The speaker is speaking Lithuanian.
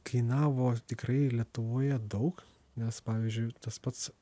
kainavo tikrai lietuvoje daug nes pavyzdžiui tas pats